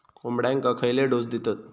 कोंबड्यांक खयले डोस दितत?